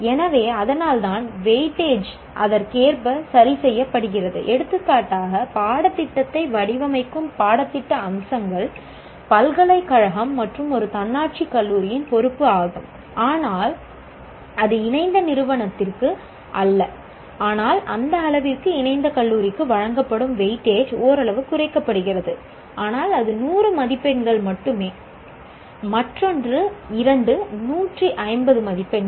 எனவே அதனால்தான் வெயிட்டேஜ்கள் ஓரளவு குறைக்கப்படுகிறது ஆனால் அது 100 மதிப்பெண்கள் மட்டுமே மற்றொன்று இரண்டு 150 மதிப்பெண்கள்